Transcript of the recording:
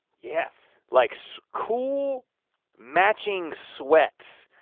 yes. like so cool matching sweats.